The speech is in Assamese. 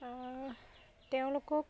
তেওঁলোকক